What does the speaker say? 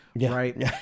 right